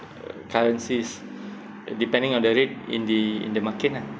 uh currencies uh depending on the rate in the in the market lah